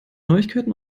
neuigkeiten